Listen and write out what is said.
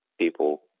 people